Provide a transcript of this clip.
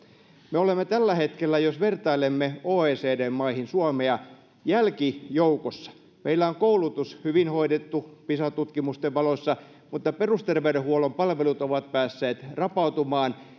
me olemme tällä hetkellä jos vertailemme suomea oecd maihin jälkijoukossa meillä on koulutus hyvin hoidettu pisa tutkimusten valossa mutta perusterveydenhuollon palvelut ovat päässeet rapautumaan